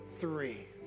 three